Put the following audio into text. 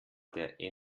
der